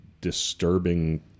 disturbing